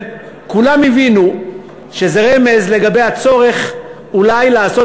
וכולם הבינו שזה רמז לגבי הצורך אולי לעשות